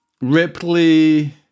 ripley